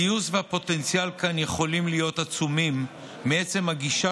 הגיוס והפוטנציאל כאן יכולים להיות עצומים מעצם הגישה